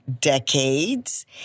decades